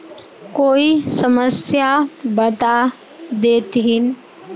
कोई समस्या बता देतहिन?